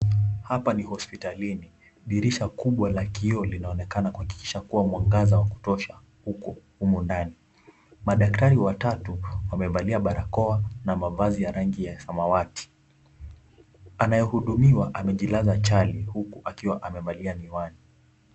Hapa ni hospitalini. Dirisha kubwa la kioo linaonekana kuhakikisha kuwa mwangaza wa kutosha uko humo ndani. Madaktari watatu wamevalia barakoa na mavazi ya rangi ya samawati. Anayehudumiwa amejilaza chali huku akiwa amevalia miwani.